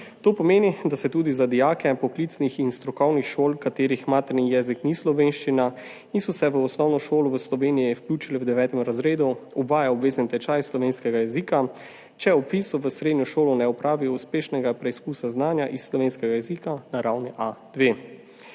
To pomeni, da se tudi za dijake poklicnih in strokovnih šol, katerih materni jezik ni slovenščina in so se v osnovno šolo v Sloveniji vključili v 9. razredu, uvaja obvezni tečaj slovenskega jezika, če ob vpisu v srednjo šolo ne opravijo uspešnega preizkusa znanja iz slovenskega jezika na ravni A2.